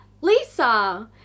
Lisa